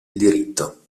diritto